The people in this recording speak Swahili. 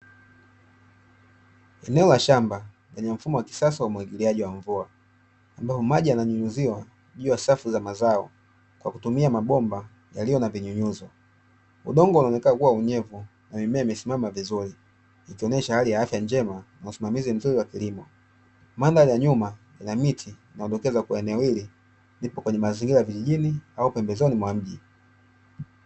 Eneo la shamba lenye mfumo wa kisasa wa umwagiliaji wa mvua ambapo maji yananyunyiziwa juu ya safu za mazao kwa kutumia mabomba yaliyo na vinyunyuzo. Udongo unaonekana kuwa wa unyevu na mimea imesimama vizuri ikionyesha hali ya afya njema na usimamizi mzuri wa kilimo. Mandhari ya nyuma ina miti inayodokeza kuwa eneo hili lipo kwenye mazingira ya vijijini au pembezoni mwa mji.